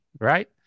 Right